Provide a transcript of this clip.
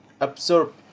absorb